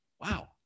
Wow